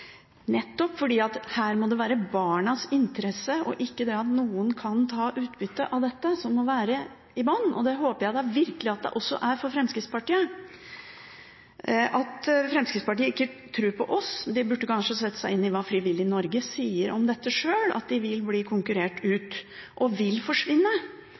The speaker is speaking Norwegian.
nettopp fordi her må det være barnas interesser og ikke det at noen kan ta utbytte av dette, som må være i bunnen. Det håper jeg virkelig det også er for Fremskrittspartiet. Fremskrittspartiet tror ikke på oss. De burde kanskje sette seg inn i hva Frivillighet Norge selv sier om dette: De kommer til å bli konkurrert ut og vil forsvinne.